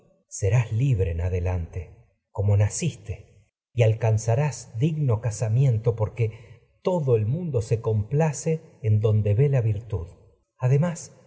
serás libre en adelante electra naciste mundo y se alcanzarás digno casamiento porque todo el complace en donde ve la virtud además